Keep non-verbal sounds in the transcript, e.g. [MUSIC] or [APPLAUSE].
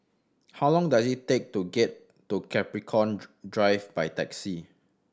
how long does it take to get to Capricorn [UNINTELLIGIBLE] Drive by taxi